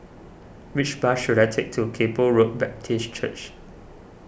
which bus should I take to Kay Poh Road Baptist Church